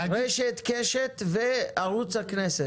רשת, קשת וערוץ הכנסת.